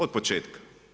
Od početka.